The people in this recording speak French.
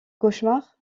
cauchemar